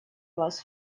вас